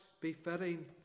befitting